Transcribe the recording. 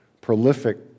prolific